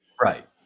Right